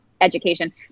education